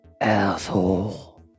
asshole